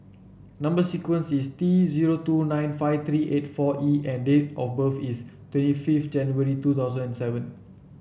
number sequence is T zero two nine five three eight four E and date of birth is twenty fifth January two thousand and seven